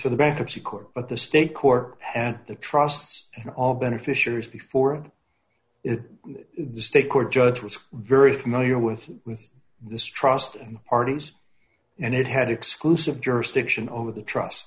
for the bankruptcy court but the state court and the trusts and all beneficiaries before it the state court judge was very familiar with with this trust and parties and it had exclusive jurisdiction over the trust